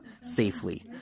safely